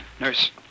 Nurse